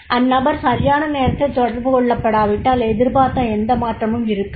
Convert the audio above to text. அந்நபர் சரியான நேரத்தில் தொடர்பு கொள்ளப்படாவிட்டால் எதிர்பார்த்த எந்த மாற்றமும் இருக்காது